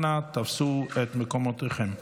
אנא תפסו את מקומותיכם.